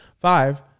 five